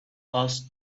ask